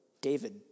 David